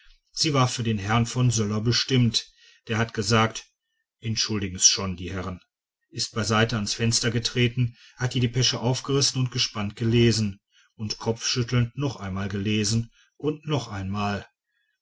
sie war für den herrn von söller bestimmt der hat gesagt entschuldigen's schon die herren ist beiseite ans fenster getreten hat die depesche aufgerissen und gespannt gelesen und kopfschüttelnd noch einmal gelesen und noch einmal